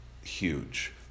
huge